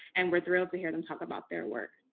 and we're thrilled to hear them talk about their work.